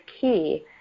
key